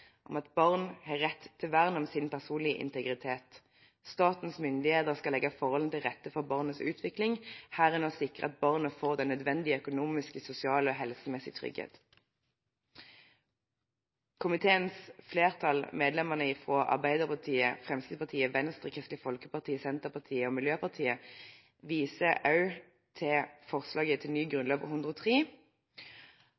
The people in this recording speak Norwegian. om sin personlige integritet. Statens myndigheter skal legge forholdene til rette for barnets utvikling, herunder sikre at barnet får den nødvendige økonomiske, sosiale og helsemessige trygghet.» Komiteens flertall, medlemmene fra Arbeiderpartiet, Fremskrittspartiet, Venstre, Kristelig Folkeparti, Senterpartiet og Miljøpartiet De Grønne, viser også til forslaget til ny